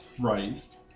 Christ